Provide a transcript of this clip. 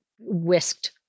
whisked